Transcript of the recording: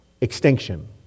extinction